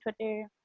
Twitter